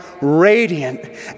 radiant